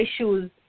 issues